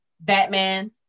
Batman